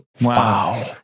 Wow